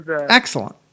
excellent